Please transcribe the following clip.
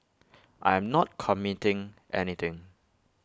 I am not committing anything